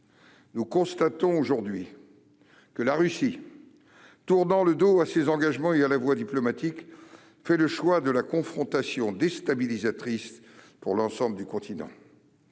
Nous constatons, aujourd'hui, que la Russie, tournant le dos à ses engagements et à la voie diplomatique, fait le choix de la confrontation déstabilisatrice pour l'ensemble du continent.